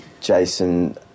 Jason